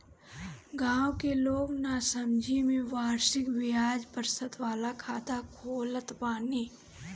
गांव के लोग नासमझी में वार्षिक बियाज प्रतिशत वाला खाता खोलत बाने